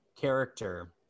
character